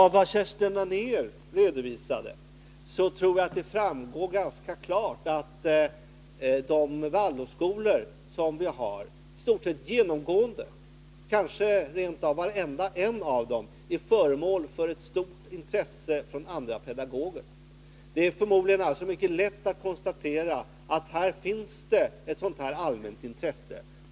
Jag tror att det av Kerstin Anérs redogörelse ganska klart framgick att våra Waldorfskolor i stort sett, kanske rent av varenda en av dem, är föremål för ett stort intresse från utomstående pedagogers sida. Det är förmodligen ganska lätt att konstatera att det här finns ett allmänt intresse.